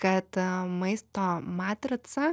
kad maisto matrica